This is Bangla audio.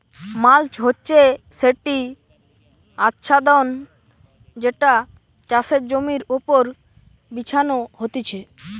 মাল্চ হচ্ছে সেটি আচ্ছাদন যেটা চাষের জমির ওপর বিছানো হতিছে